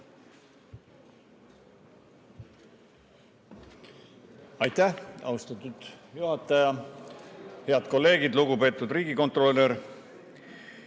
Aitäh, austatud juhataja! Head kolleegid! Lugupeetud riigikontrolör!